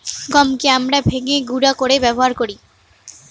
গমকে আমরা ভেঙে গুঁড়া করে ব্যবহার করি